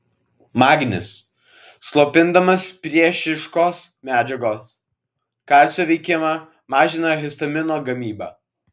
magnis slopindamas priešiškos medžiagos kalcio veikimą mažina histamino gamybą